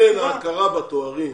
הכרה בתארים,